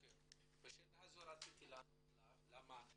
בשאלה הזאת רציתי לענות לך,